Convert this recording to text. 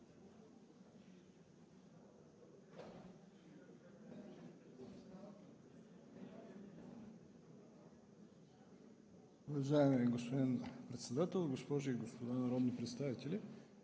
Уважаеми господин Председател, госпожи и господа народни представители!